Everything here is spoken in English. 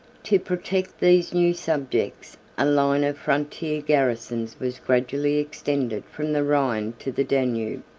to protect these new subjects, a line of frontier garrisons was gradually extended from the rhine to the danube.